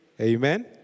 amen